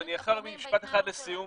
ועוד לא סיכמנו